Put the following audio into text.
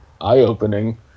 eye-opening